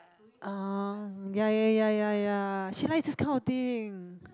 uh ya ya ya ya ya ya she likes these kind of thing